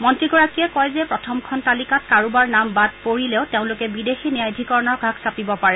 মন্ত্ৰীগৰাকীয়ে কয় যে প্ৰথমখন তালিকাত কাৰোবাৰ নাম বাদ পৰিলেও তেওঁলোকে বিদেশী ন্যায়াধিকৰণৰ কাষ চাপিব পাৰে